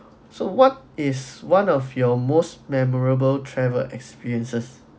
so what is one of your most memorable travel experiences